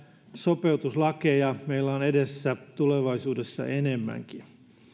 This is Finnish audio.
sopeutuslakeja meillä on edessä tulevaisuudessa enemmänkin